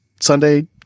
Sunday